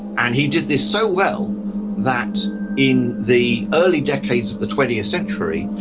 and he did this so well that in the early decades of the twentieth century,